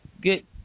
good